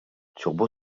turbo